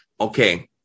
okay